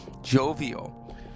jovial